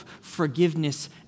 forgiveness